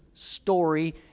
story